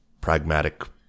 pragmatic